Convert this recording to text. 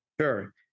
Sure